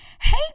Hey